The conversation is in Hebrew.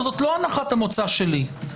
זו לא הנחת המוצא שלי.